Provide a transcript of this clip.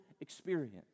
experience